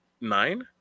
Nine